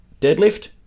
deadlift